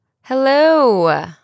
Hello